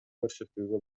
көрсөтүүгө